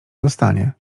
zostanie